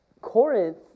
Corinth